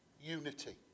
Unity